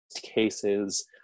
cases